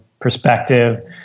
perspective